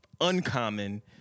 uncommon